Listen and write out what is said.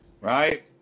Right